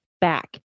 back